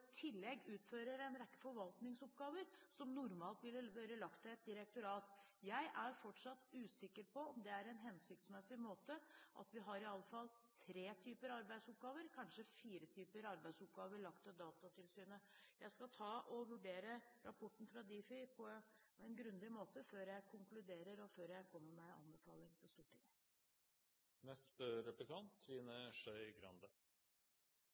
tillegg utfører en rekke forvaltningsoppgaver som normalt ville vært lagt til et direktorat. Jeg er fortsatt usikker på om det er hensiktsmessig at vi iallfall har tre – kanskje fire – typer arbeidsoppgaver lagt til Datatilsynet. Jeg skal vurdere rapporten fra Difi på en grundig måte før jeg konkluderer, og før jeg kommer med en anbefaling til Stortinget.